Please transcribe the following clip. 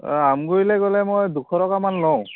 আমগুৰিলৈ গ'লে মই দুশ টকামান লওঁ